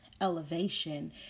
elevation